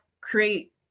create